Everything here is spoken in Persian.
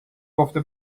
گفته